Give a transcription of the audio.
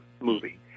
movie